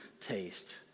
taste